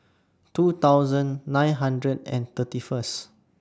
two thousand nine hundred and thirty First